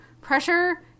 pressure